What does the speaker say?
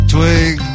Twig